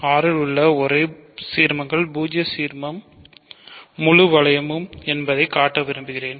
R இல் உள்ள ஒரே சீர்மங்கள் பூஜ்ஜிய சீர்மமும் முழு வளையமும் என்பதைக் காட்ட விரும்புகிறேன்